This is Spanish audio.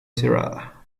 cerrada